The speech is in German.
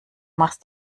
machst